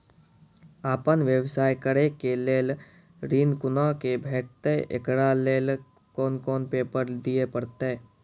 आपन व्यवसाय करै के लेल ऋण कुना के भेंटते एकरा लेल कौन कौन पेपर दिए परतै?